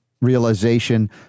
realization